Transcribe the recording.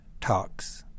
talks